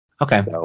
okay